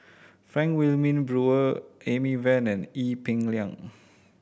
Frank Wilmin Brewer Amy Van and Ee Peng Liang